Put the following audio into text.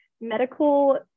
medical